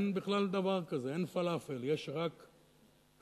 אין בכלל דבר כזה, אין פלאפל, יש רק קמפיין.